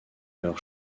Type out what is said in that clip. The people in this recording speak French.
leur